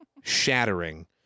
Shattering